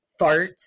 farts